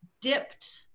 dipped